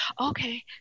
okay